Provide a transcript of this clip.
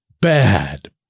bad